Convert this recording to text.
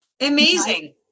amazing